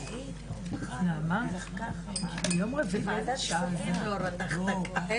הישיבה ננעלה בשעה 12:10.